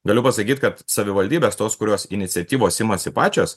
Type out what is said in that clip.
galiu pasakyt kad savivaldybės tos kurios iniciatyvos imasi pačios